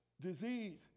disease